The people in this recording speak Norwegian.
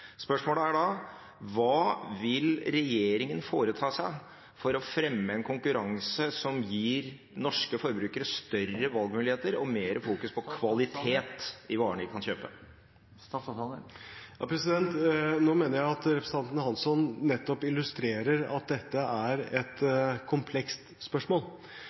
Spørsmålet er da: Hva vil regjeringen foreta seg for å fremme en konkurranse som gir norske forbrukere større valgmuligheter og setter mer fokus på kvalitet på varene vi kan kjøpe? Jeg mener at representanten Hansson nå nettopp illustrerer at dette er et komplekst spørsmål.